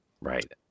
Right